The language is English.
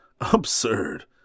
absurd